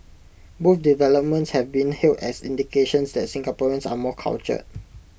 both developments have been hailed as indications that Singaporeans are more cultured